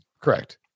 Correct